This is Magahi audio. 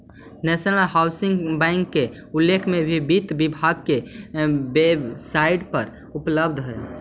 नेशनल हाउसिंग बैंक के उल्लेख भी वित्त विभाग के वेबसाइट पर उपलब्ध हइ